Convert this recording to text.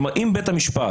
כלומר, אם בית המשפט